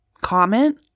comment